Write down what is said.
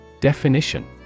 Definition